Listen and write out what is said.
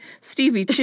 Stevie